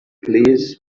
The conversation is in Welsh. plîs